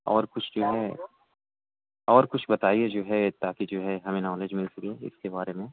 اور کچھ جو ہے اور کچھ بتائیے جو ہے تا کہ جو ہے ہمیں نالج مل سکے اس کے بارے میں